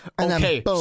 Okay